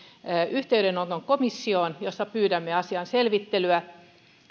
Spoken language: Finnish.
yhteydenoton komissioon jolta pyydämme asian selvittelyä